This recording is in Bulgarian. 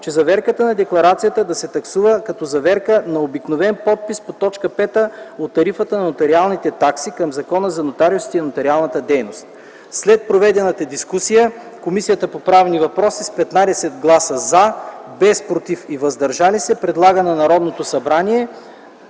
че заверката на декларацията се таксува като заверка на обикновен подпис по т. 5 от Тарифата за нотариалните такси към Закона за нотариусите и нотариалната дейност. След проведената дискусия Комисията по правни въпроси с 15 гласа „за”, без „против” и „въздържали се” предлага на Народното събрание